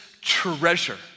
treasure